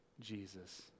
Jesus